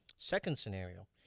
second scenario.